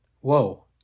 Whoa